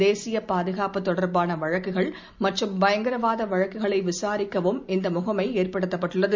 தேசிய பாதுகாப்பு தொடர்பான வழக்குகள் மற்றும் பயங்கரவாத வழக்குகளை விசாரிக்கவும் இந்த முகமை ஏற்படுத்தப்பட்டுள்ளது